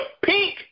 pink